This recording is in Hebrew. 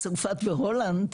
צרפת והולנד,